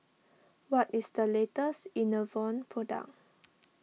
what is the latest Enervon product